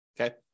Okay